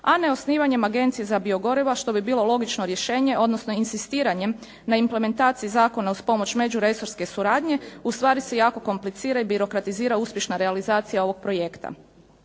a neosnivanjem agencije za biogorivo što bi bilo logično rješenje odnosno inzistiranjem na implementaciji zakona uz pomoć međuresorske suradnje ustvari se jako komplicira i birokratizira uspješna realizacija ovog projekta.